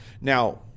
Now